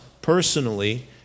personally